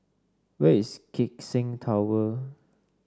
where is Keck Seng Tower